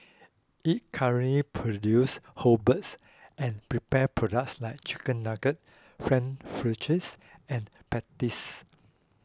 it current produces whole birds and prepared products like Chicken Nuggets Frankfurters and patties